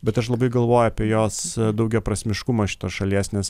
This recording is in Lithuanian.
bet aš labai galvoju apie jos daugiaprasmiškumą šitos šalies nes